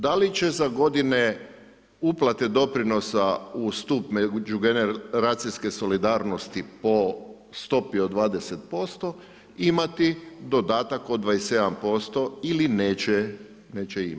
Da li će za godine uplate doprinosa u stup međugeneracijske solidarnosti po stopi od 20% imati dodatak od 27% ili neće imati.